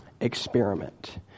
experiment